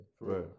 Right